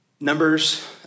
Numbers